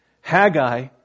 Haggai